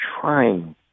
trying